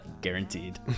guaranteed